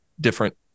different